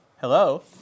Hello